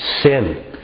sin